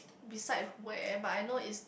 beside where am I know is